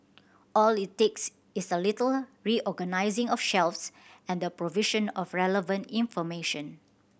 all it takes is a little reorganising of shelves and the provision of relevant information